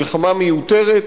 מלחמה מיותרת,